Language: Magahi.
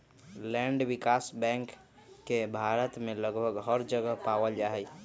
लैंड विकास बैंक के भारत के लगभग हर जगह पावल जा हई